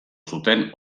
zuten